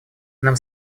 нам